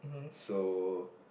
so